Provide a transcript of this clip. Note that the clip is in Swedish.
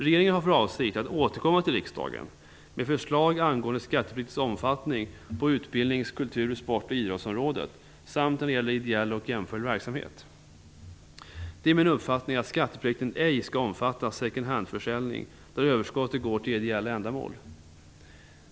Regeringen har för avsikt att återkomma till riksdagen med förslag angående skattepliktens omfattning på utbildnings-, kultur-, sport och idrottsområdet samt när det gäller ideell och jämförlig verksamhet. Det är min uppfattning att skatteplikten ej skall omfatta second-hand-försäljning, där överskottet går till ideella ändamål.